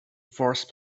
fourth